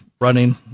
running